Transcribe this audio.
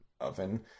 oven